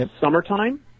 summertime